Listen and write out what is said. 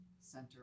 Center